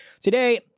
today